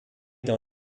dans